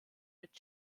mit